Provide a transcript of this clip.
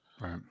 right